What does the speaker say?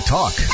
Talk